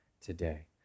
today